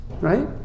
Right